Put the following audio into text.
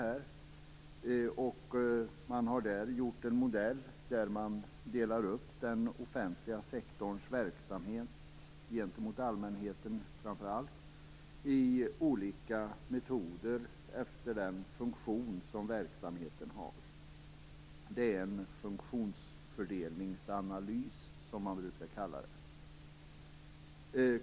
Där har man gjort en modell där man delar upp den offentliga sektorns verksamhet, framför allt gentemot allmänheten, i olika metoder efter den funktion som verksamheten har. Man brukar kalla det för en funktionsfördelningsanalys.